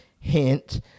hint